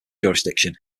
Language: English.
jurisdiction